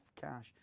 cash